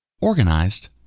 organized